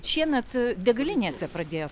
šiemet degalinėse pradėjo